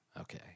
Okay